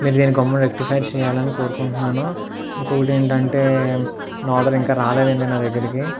మీరు దీన్ని గమ్ముని రెక్టిఫై చేయాలని కోరుకుంటున్నాను ఇంకొకటి ఏంటి అంటే నా ఆర్డర్ ఇంకా రాలేదు అండి నా దగ్గరికి